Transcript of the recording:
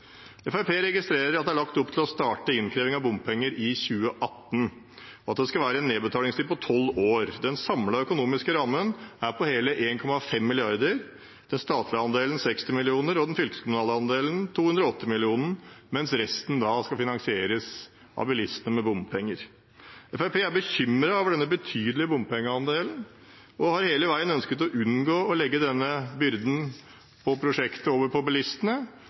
registrerer at det er lagt opp til å starte innkreving av bompenger i 2018, og at det skal være en nedbetalingstid på 12 år. Den samlede økonomiske rammen er på hele 1,5 mrd. kr. Den statlige andelen er på 60 mill. kr og den fylkeskommunale andelen på 280 mill. kr, mens resten skal finansieres av bilistene med bompenger. Fremskrittspartiet er bekymret over denne betydelige bompengeandelen og har hele veien ønsket å unngå å legge denne byrden ved prosjektet over på bilistene,